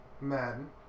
Madden